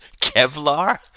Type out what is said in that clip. Kevlar